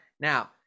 now